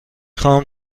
خوام